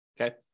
Okay